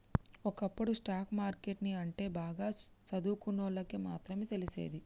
ఒకప్పుడు stock market ని అంటే బాగా సదువుకున్నోల్లకి మాత్రమే తెలిసేది